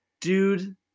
Dude